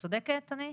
אני צודקת?